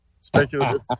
speculative